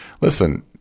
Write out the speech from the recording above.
listen